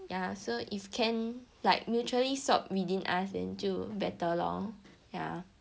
ya so if can like mutually swap within us then 就 better lor ya